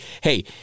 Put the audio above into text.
hey